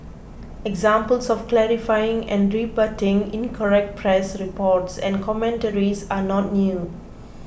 examples of clarifying and rebutting incorrect press reports and commentaries are not new